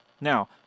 Now